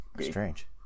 strange